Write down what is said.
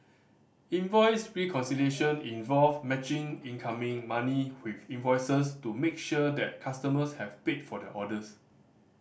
invoice reconciliation involve matching incoming money with invoices to make sure that customers have paid for their orders